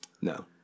No